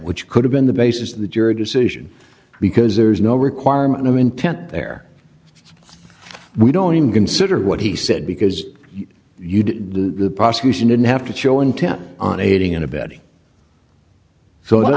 which could have been the basis of the jury decision because there's no requirement no intent there we don't even consider what he said because you did the prosecution didn't have to show intent on aiding and abetting so